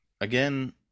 again